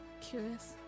Curious